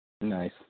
Nice